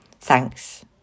thanks